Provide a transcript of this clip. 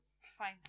fine